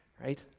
right